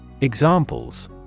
Examples